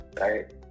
right